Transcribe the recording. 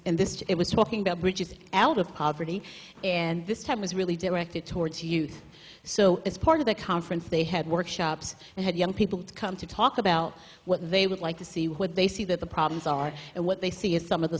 in this it was talking about bridges out of poverty and this time was really directed towards youth so as part of the conference they had workshops and had young people come to talk about what they would like to see what they see that the problems are and what they see as some of the